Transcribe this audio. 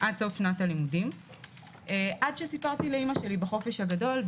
עד סוף שנת הלימודים עד שסיפרתי לאימא שלי בחופש הגדול.